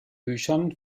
büchern